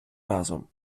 разом